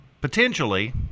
potentially